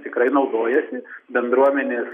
tikrai naudojasi bendruomenės